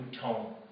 tone